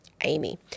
Amy